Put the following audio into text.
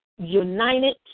united